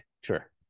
sure